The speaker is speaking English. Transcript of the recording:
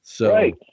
Right